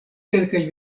kelkaj